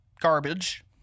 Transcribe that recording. garbage